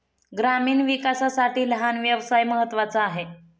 ग्रामीण विकासासाठी लहान व्यवसाय महत्त्वाचा आहे